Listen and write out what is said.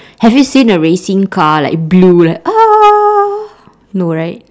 have you seen a racing car like blue like no right